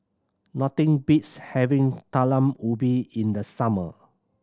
nothing beats having Talam Ubi in the summer